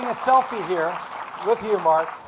selfie here with you, mark.